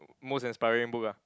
most inspiring book ah